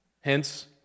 Hence